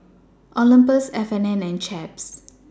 Olympus F and N and Chaps